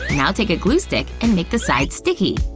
now take a glue stick and make the sides sticky.